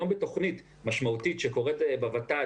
היום בתוכנית משמעותית שקורית בוות"ת,